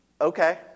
okay